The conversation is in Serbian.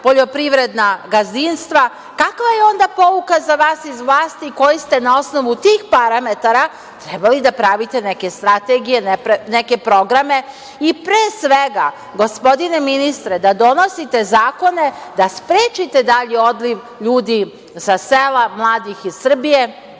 poljoprivredna gazdinstva. Kakva je onda pouka za vas iz vlasti, koji ste na osnovu tih parametara trebali da pravite neke strategije, neke programe i pre svega, gospodine ministre, da donosite zakone, da sprečite dalji odliv ljudi sa sela, mladih iz Srbije